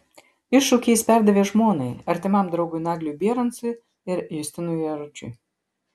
iššūkį jis perdavė žmonai artimam draugui nagliui bierancui ir justinui jaručiui